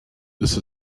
this